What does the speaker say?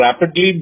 rapidly